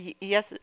Yes